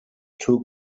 too